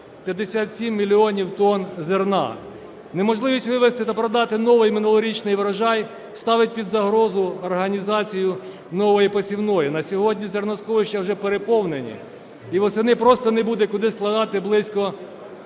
57 мільйонів тонн зерна. Неможливість вивезти та продати новий і минулорічний урожай ставить під загрозу організацію нової посівної. На сьогодні зерносховища вже переповнені і восени просто не буде куди складати близько